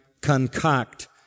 concoct